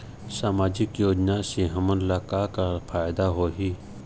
सामाजिक योजना से हमन ला का का फायदा होही?